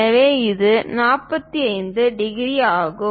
எனவே இது 45 டிகிரி ஆகும்